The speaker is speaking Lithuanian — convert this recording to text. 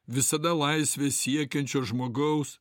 visada laisvės siekiančio žmogaus